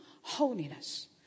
holiness